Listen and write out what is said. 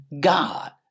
God